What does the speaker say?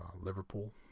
Liverpool